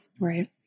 Right